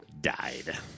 died